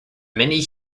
many